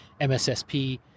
MSSP